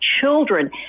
children